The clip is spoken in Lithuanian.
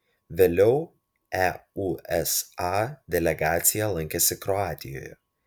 vėliau eusa delegacija lankėsi kroatijoje